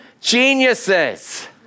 Geniuses